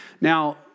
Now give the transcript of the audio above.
Now